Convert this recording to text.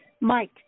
Mike